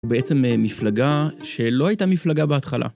בעצם מפלגה שלא הייתה מפלגה בהתחלה.